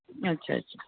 अच्छा अच्छा